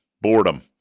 Boredom